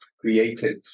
created